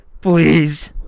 please